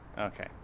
Okay